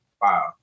wow